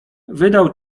wydał